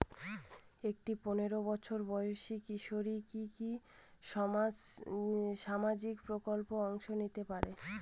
একটি পোনেরো বছর বয়সি কিশোরী কি কি সামাজিক প্রকল্পে অংশ নিতে পারে?